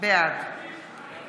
בעד